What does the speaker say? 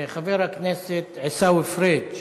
חבר הכנסת עיסאווי פריג'